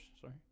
Sorry